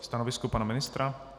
Stanovisko pana ministra?